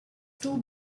two